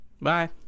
Bye